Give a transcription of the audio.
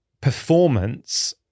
performance